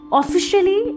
officially